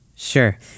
Sure